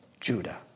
Judah